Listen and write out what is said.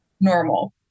normal